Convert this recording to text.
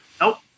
Nope